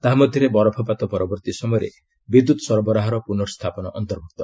ତାହା ମଧ୍ୟରେ ବରଫପାତ ପରବର୍ତ୍ତୀ ସମୟରେ ବିଦ୍ୟୁତ୍ ସରବରାହର ପୁନଃସ୍ଥାପନ ଅନ୍ତର୍ଭୁକ୍ତ